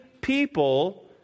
people